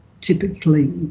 typically